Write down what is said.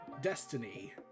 Destiny